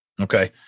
Okay